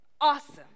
Awesome